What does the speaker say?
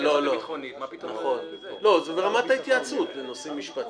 שר הביטחון,